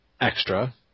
extra